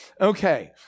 Okay